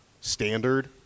standard